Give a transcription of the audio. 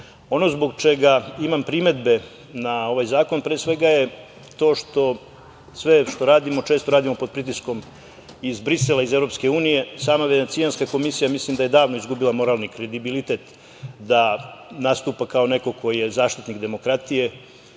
zbog čega imam primedbe na ovaj zakon pre svega je to što sve što radimo, često radimo pod pritiskom iz Brisela, iz EU. Sama Venecijanska komisija mislim da je davno izgubila moralni kredibilitet da nastupa kao neko ko je zaštitnik demokratije.